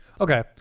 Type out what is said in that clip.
Okay